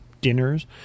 dinners